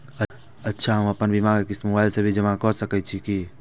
अच्छा हम आपन बीमा के क़िस्त मोबाइल से भी जमा के सकै छीयै की?